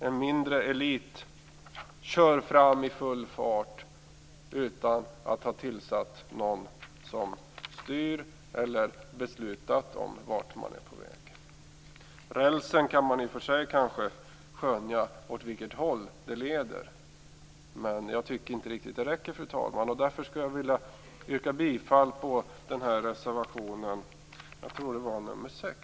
En mindre elit kör fram i full fart utan att ha tillsatt någon som styr eller beslutat vart man är på väg. I och för sig kan man kanske skönja åt vilket håll rälsen leder, men jag tycker inte riktigt att det räcker, fru talman. Därför vill jag yrka bifall till reservation nr 6.